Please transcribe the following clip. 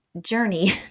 journey